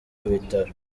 bitaro